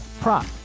prop